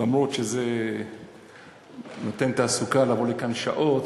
אומנם זה נותן תעסוקה לבוא לכאן שעות,